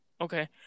okay